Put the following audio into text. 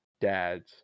dads